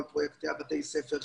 כל פרויקט בתי הספר,